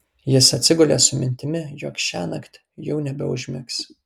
jis atsigulė su mintimi jog šiąnakt jau nebeužmigs